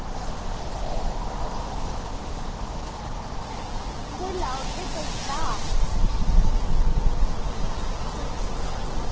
तुसेंगी लाई ओड़गे सस्ता